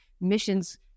missions